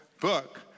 book